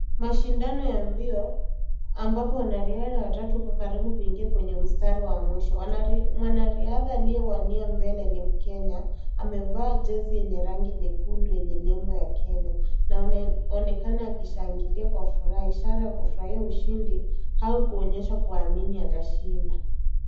Mashindano ya mbio ambapo wanariadha watatu wako karibu kuingia kwenye mistari wa mwishho. Mwanariadha aliyawania mbele ni mkenya amevaa jezi yenye rangi nyekundu yenye nembo ya Kenya. Wanaonekana wakishangilia kwa furaha ishara kufurahia ushindi au kuonyesha kuamini atashinda.